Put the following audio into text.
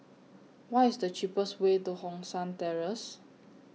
What IS The cheapest Way to Hong San Terrace